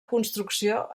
construcció